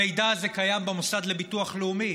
המידע הזה קיים במוסד לביטוח לאומי.